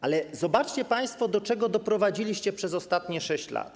Ale zobaczcie państwo, do czego doprowadziliście przez ostatnie 6 lat.